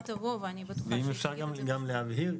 ואם אפשר גם להבהיר,